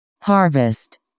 Harvest